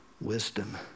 wisdom